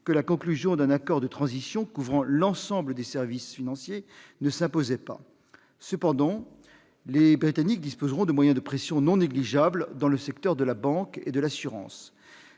que la conclusion d'un accord de transition couvrant l'ensemble des services financiers ne s'imposait pas. Cependant, les Britanniques disposeront de moyens de pression non négligeables dans les secteurs de la banque et de l'assurance.